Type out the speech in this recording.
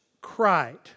cried